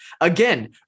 Again